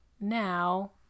now